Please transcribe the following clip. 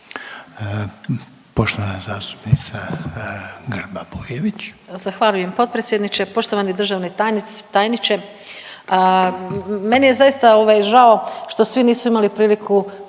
**Grba-Bujević, Maja (HDZ)** Zahvaljujem potpredsjedniče. Poštovani državni tajniče. Meni je zaista što svi nisu imali priliku